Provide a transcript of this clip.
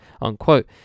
unquote